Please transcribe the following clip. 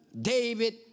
David